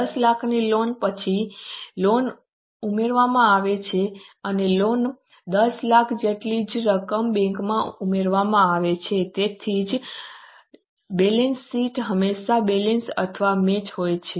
10 લાખની લોન પછી લોન ઉમેરવામાં આવે છે અને 10 લાખ જેટલી જ રકમ બેંકમાં ઉમેરવામાં આવે છે તેથી જ બેલેન્સ શીટ હંમેશા બેલેન્સ અથવા મેચ હોય છે